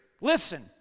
Listen